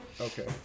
okay